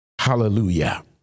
Hallelujah